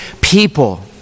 people